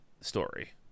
story